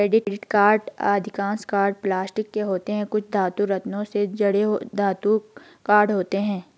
credit card अधिकांश card plastic के होते हैं, कुछ धातु, रत्नों से जड़े धातु कार्ड होते हैं